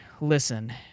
Listen